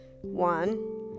one